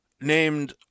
named